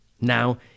Now